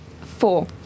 four